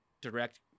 direct –